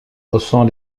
haussant